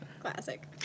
Classic